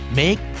make